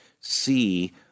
see